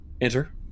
Enter